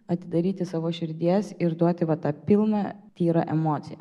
atidaryti savo širdies ir duoti va tą pilną tyrą emociją